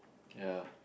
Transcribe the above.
ya